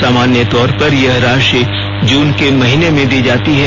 सामान्यं तौर पर यह राशि जून के महीने में दी जाती है